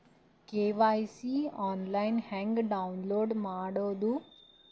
KYC online ಹೆಂಗ್ download ಮಾಡೋದು?